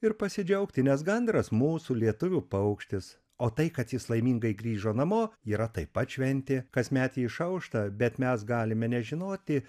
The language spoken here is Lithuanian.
ir pasidžiaugti nes gandras mūsų lietuvių paukštis o tai kad jis laimingai grįžo namo yra taip pat šventė kasmet ji išaušta bet mes galime nežinoti